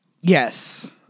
Yes